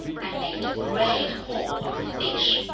and made a great haul of fish.